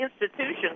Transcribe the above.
institutions